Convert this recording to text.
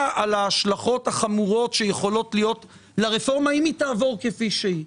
על ההשלכות החמורות שיכולות להיות לרפורמה אם תעבור כפי שהיא,